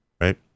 right